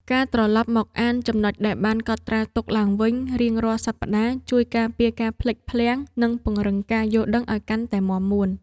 ការត្រឡប់មកអានចំណុចដែលបានកត់ត្រាទុកឡើងវិញរៀងរាល់សប្ដាហ៍ ជួយការពារការភ្លេចភ្លាំង និងពង្រឹងការយល់ដឹងឱ្យកាន់តែមាំមួន។